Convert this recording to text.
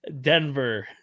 Denver